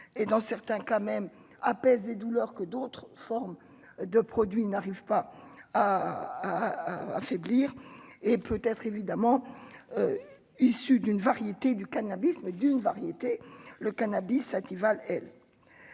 et dans certains cas même apaiser douleur que d'autres formes de produits n'arrive pas à affaiblir et peut être évidemment issu d'une variété du cannabis, mais d'une variété le cannabis sativa L